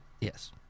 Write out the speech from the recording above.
Yes